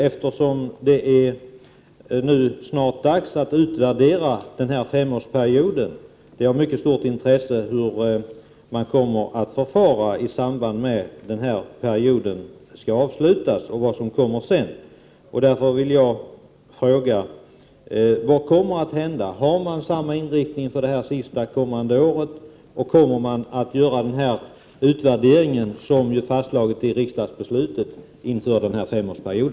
Eftersom det nu snart är dags att utvärdera den gångna femårsperioden, är det av mycket stort intresse hur man kommer att förfara vid periodens slut och vad som kommer att hända sedan. Jag vill därför fråga jordbruksministern följande: Vad kommer att hända? Har man samma inriktning för det sista året, och kommer man att göra en utvärdering, som ju slagits fast i riksdagsbeslutet, inför denna femårsperiod?